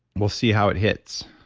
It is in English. we'll see how it hits.